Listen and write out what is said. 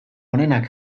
onenak